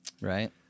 Right